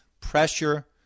pressure